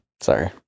Sorry